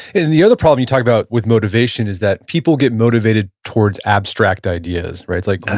and the other problem you talk about with motivation is that people get motivated towards abstract ideas. it's like,